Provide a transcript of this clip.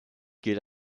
gilt